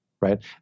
right